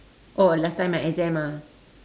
oh last time my exam ah